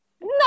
No